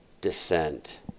descent